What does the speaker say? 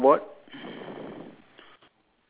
okay then there's is it is there a sign board saying